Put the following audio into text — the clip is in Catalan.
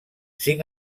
cinc